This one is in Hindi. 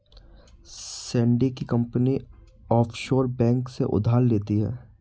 सैंडी की कंपनी ऑफशोर बैंक से उधार लेती है